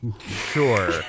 Sure